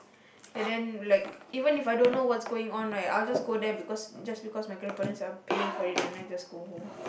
and then like even If I don't know what's going on right I'll just go there because just because my grandparents are paying for it and then I just go home